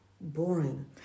boring